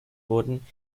wurden